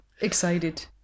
Excited